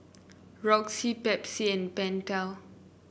Roxy Pepsi and Pentel